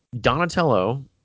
Donatello